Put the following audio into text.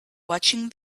watching